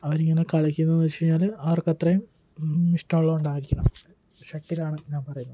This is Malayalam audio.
അവർ ഇങ്ങനെ കളിക്കുന്നത് എന്നുവെച്ചു കഴിഞ്ഞാൽ അവർക്ക് അത്രയും ഇഷ്ട്ടമുള്ളത് കൊണ്ടായിരിക്കണം ഷട്ടിലാണ് ഞാൻ പറയുന്നത്